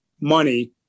money